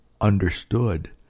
understood